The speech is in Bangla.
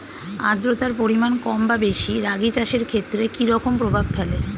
আদ্রতার পরিমাণ কম বা বেশি রাগী চাষের ক্ষেত্রে কি রকম প্রভাব ফেলে?